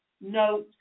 note